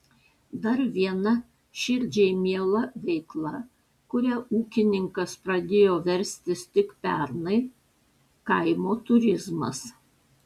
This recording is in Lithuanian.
dar viena širdžiai miela veikla kuria ūkininkas pradėjo verstis tik pernai kaimo turizmas